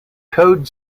code